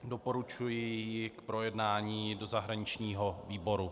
Doporučuji ji k projednání do zahraničního výboru.